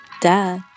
Duh